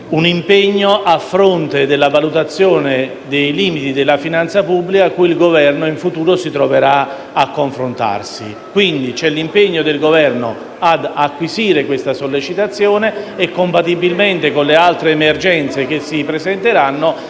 un impegno a fronte della valutazione dei limiti della finanza pubblica con i quali il Governo in futuro si dovrà confrontare. Il Governo, quindi, è disposto ad impegnarsi ad acquisire questa sollecitazione e, compatibilmente con le altre emergenze che si presenteranno,